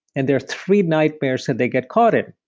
and there are three nightmares that they get caught in.